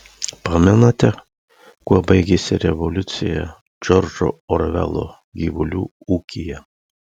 pamenate kuo baigėsi revoliucija džordžo orvelo gyvulių ūkyje